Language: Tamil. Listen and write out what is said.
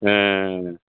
ஆ ஆ